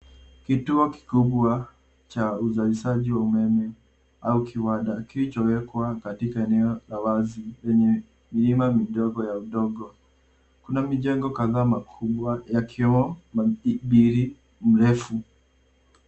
Kituo kikubwa cha uzalishaji wa umeme au kiwanda kilichowekwa katika eneo la wazi lenye milima midogo ya udongo. Kuna mijengo kadhaa makubwa yakiwemo mahikbiri mrefu.